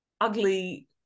ugly